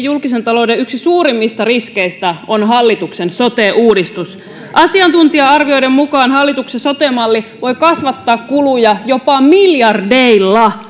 julkisen talouden suurimmista riskeistä on hallituksen sote uudistus asiantuntija arvioiden mukaan hallituksen sote malli voi kasvattaa kuluja jopa miljardeilla